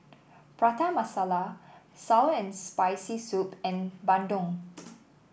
Prata Masala sour and Spicy Soup and Bandung